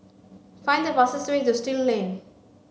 find the fastest way to Still Lane